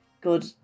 good